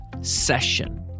session